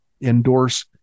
endorse